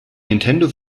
nintendo